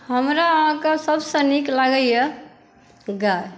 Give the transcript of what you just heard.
हमरा अहाँके सबसँ नीक लागैय गाय